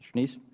neiss